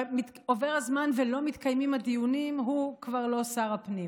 ועובר הזמן, ולא מתקיימים, והוא כבר לא שר הפנים.